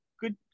good